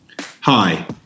Hi